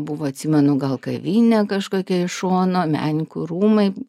buvo atsimenu gal kavinė kažkokia iš šono menininkų rūmai